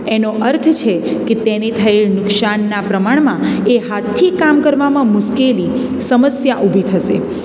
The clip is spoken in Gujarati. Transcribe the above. એનો અર્થ છે કે તેની થયેલ નુકસાનના પ્રમાણમાં એ હાથથી કામ કરવામાં મુશ્કેલી સમસ્યા ઊભી થશે